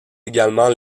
également